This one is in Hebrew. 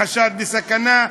חשד לסכנה,